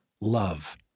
Love